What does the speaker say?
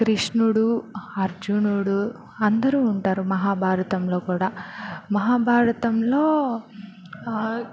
కృష్ణుడు అర్జునుడు అందరూ ఉంటారు మహాభారతంలో కూడా మహాభారతంలో